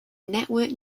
network